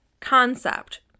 concept